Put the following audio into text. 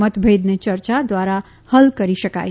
મતભેદને ચર્ચા દ્વારા હલ કરી શકાય